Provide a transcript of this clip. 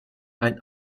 ein